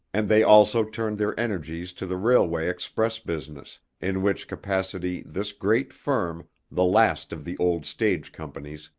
and they also turned their energies to the railway express business, in which capacity this great firm, the last of the old stage companies,